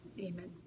amen